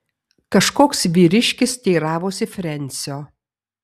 kažkoks vyriškis teiravosi frensio